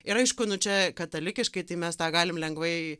ir aišku nu čia katalikiškai tai mes tą galim lengvai